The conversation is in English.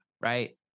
right